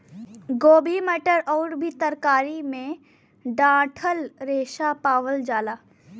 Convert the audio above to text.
गोभी मटर आउर भी तरकारी में डंठल रेशा पावल जाला